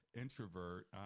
introvert